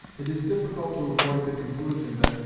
it is difficult to avoid the conclusion that,